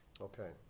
okay